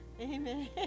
Amen